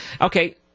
Okay